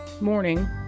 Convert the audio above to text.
morning